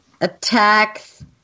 attacks